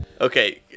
Okay